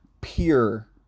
pure